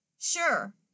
Sure